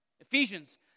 Ephesians